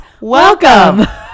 Welcome